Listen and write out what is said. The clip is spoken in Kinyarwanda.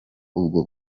ubwo